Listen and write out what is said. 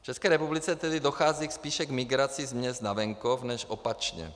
V České republice tedy dochází spíše k migraci z měst na venkov než opačně.